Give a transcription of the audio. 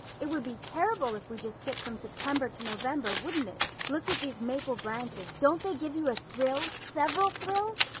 it would be terrible if we just skipped from september to november, wouldn't it? look at these maple branches. don't they give you a thrill several thrills?